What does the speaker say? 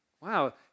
Wow